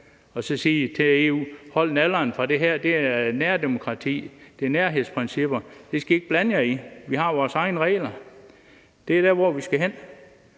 og siger til EU: Hold nallerne fra det her; det er nærdemokrati og nærhedsprincipper, og det skal I ikke blande jer i – vi har vores egne regler. Det er der, vi skal hen.